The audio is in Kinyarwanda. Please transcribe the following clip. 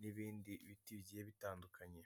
n'ibindi biti bigiye bitandukanye.